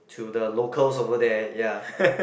to the locals over there ya